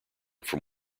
from